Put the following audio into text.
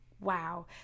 wow